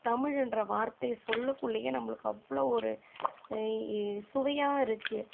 தமிழ்ன்ற வார்த்தைய சொல்லக் குள்ளையே நம்மளுக்கு அவ்வளோ ஒரு சுவையாக இருக்கு